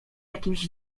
jakimś